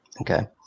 Okay